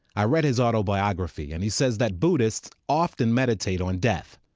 i read his autobiography, and he says that buddhists often meditate on death.